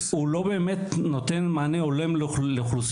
הוא לא באמת נותן מענה הולם לאוכלוסיות